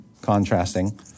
contrasting